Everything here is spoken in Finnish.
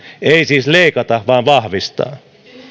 ei siis leikata vaan vahvistaa